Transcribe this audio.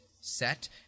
set